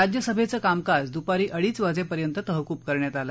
राज्यसभेचं कामकाज दूपारी अडीच वाजेपर्यंत तहकूब करण्यात आलं